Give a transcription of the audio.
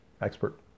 expert